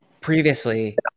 previously